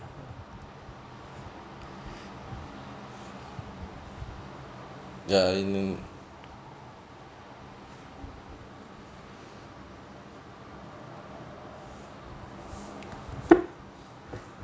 ya in